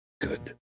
good